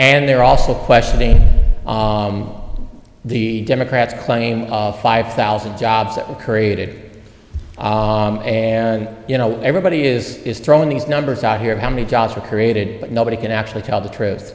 and they're also questioning the democrats claim five thousand jobs that were created and you know everybody is is throwing these numbers out here how many jobs are created but nobody can actually tell the truth